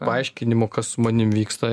paaiškinimo kas su manim vyksta